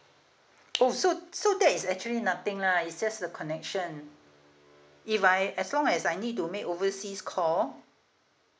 oh so so that is actually nothing lah it's just a connection if I as long as I need to make overseas call